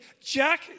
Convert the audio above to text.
Jack